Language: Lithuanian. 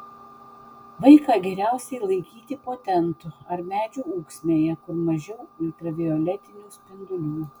vaiką geriausiai laikyti po tentu ar medžių ūksmėje kur mažiau ultravioletinių spindulių